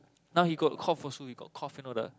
now he got cough also he got cough and all the